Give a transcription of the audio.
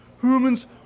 Humans